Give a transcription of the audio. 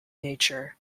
nature